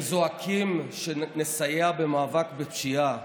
הם זועקים שנסייע במאבק בפשיעה,